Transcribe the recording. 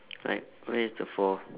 right where is the four